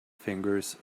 fingers